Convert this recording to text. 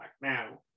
now